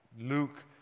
Luke